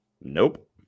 Nope